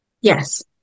Yes